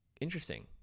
Interesting